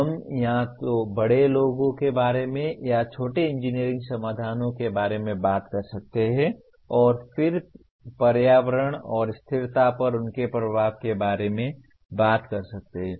हम या तो बड़े लोगों के बारे में या छोटे इंजीनियरिंग समाधानों के बारे में बात कर सकते हैं और फिर पर्यावरण और स्थिरता पर उनके प्रभाव के बारे में बात कर सकते हैं